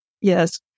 Yes